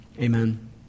Amen